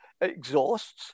exhausts